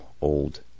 old